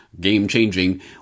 game-changing